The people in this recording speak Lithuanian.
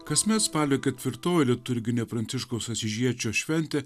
kasmet spalio ketvirtoji liturginė pranciškaus asyžiečio šventė